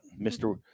Mr